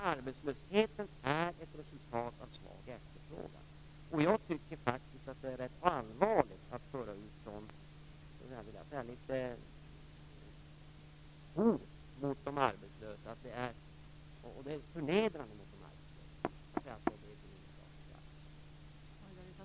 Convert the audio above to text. Arbetslösheten är ett resultat av svag efterfrågan, och jag tycker faktiskt att det är allvarligt när man för fram sådana här mot de arbetslösa såväl hotfulla som förnedrande påståenden som att det skulle vara de höga ersättningsnivåerna som är orsak till arbetslösheten.